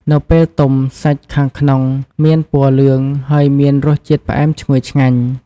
នៅពេលទុំ សាច់ខាងក្នុងមានពណ៌លឿង ហើយមានរសជាតិផ្អែមឈ្ងុយឆ្ងាញ់។